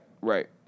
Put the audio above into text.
right